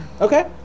Okay